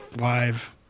live